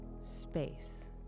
space